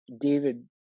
David